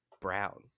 Brown